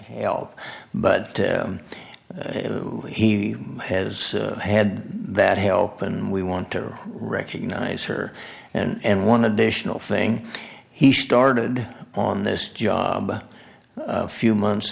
help but he has had that help and we want to recognize her and one additional thing he started on this job few months